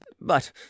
But